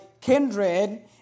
kindred